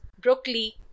broccoli